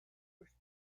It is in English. pushed